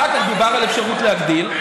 אחר כך דובר על אפשרות להגדיל,